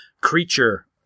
creature